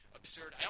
absurd